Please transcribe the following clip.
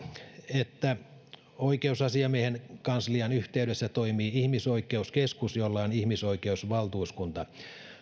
että oikeusasiamiehen kanslian yhteydessä toimii ihmisoikeuskeskus jolla on ihmisoikeusvaltuuskunta